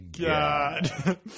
God